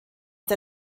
der